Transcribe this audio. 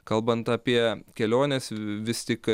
kalbant apie keliones vis tik